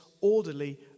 orderly